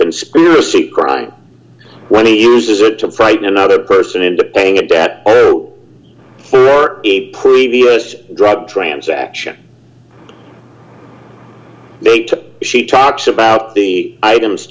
conspiracy crime when he uses it to fight another person into paying a debt or a previous drug transaction they took she talks about the items